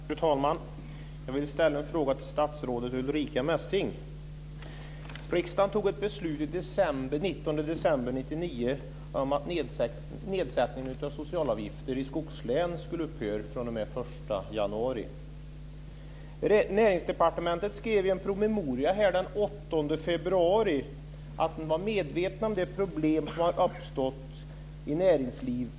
Fru talman! Jag vill ställa en fråga till statsrådet om att nedsättning av socialavgifter i skogslän skulle upphöra fr.o.m. den 1 januari 2000. Näringsdepartementet skrev i en promemoria den 8 februari att man var medvetna om de problem som har uppstått i näringslivet.